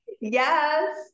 yes